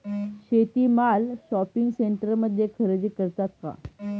शेती माल शॉपिंग सेंटरमध्ये खरेदी करतात का?